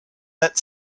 that